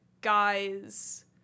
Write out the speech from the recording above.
guy's